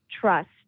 trust